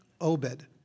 Obed